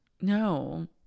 No